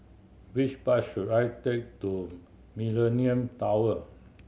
which bus should I take to Millenia Tower